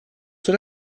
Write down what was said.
cela